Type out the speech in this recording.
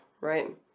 right